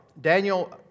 Daniel